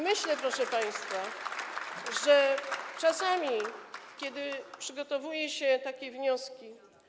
Myślę, proszę państwa, że czasami, kiedy przygotowuje się takie wnioski.